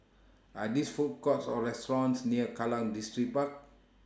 Are These Food Courts Or restaurants near Kallang Distripark